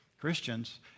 Christians